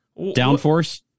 downforce